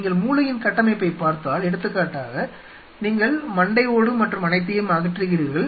நீங்கள் மூளையின் கட்டமைப்பைப் பார்த்தால் எடுத்துக்காட்டாக நீங்கள் மண்டை ஓடு மற்றும் அனைத்தையும் அகற்றுகிறீர்கள்